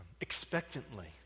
expectantly